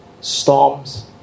storms